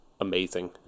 Amazing